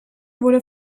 wurde